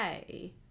okay